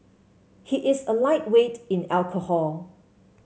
he is a lightweight in alcohol